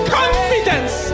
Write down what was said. confidence